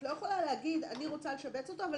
את לא יכולה לומר שאת רוצה לשבץ אותו אבל